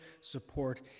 support